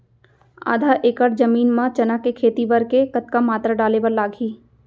आधा एकड़ जमीन मा चना के खेती बर के कतका मात्रा डाले बर लागही?